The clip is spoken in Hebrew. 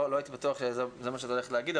לא הייתי בטוח שזה מה שאת הולכת להגיד,